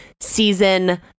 season